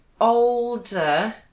older